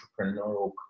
entrepreneurial